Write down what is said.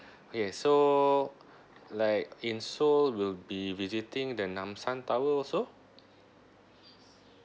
okay so like in seoul we'll be visiting the namsan tower also